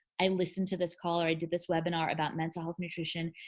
i listened to this call or i did this webinar about mental health nutrition.